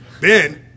Ben